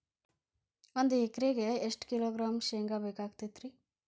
ಒಂದು ಎಕರೆಗೆ ಎಷ್ಟು ಕಿಲೋಗ್ರಾಂ ಶೇಂಗಾ ಬೇಕಾಗತೈತ್ರಿ?